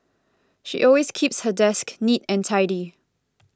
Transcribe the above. she always keeps her desk neat and tidy